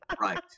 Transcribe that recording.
right